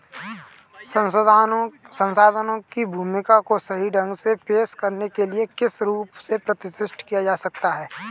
संस्थानों की भूमिका को सही ढंग से पेश करने के लिए किस रूप से प्रतिष्ठित किया जा सकता है?